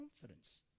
confidence